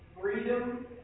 freedom